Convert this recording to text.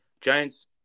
Giants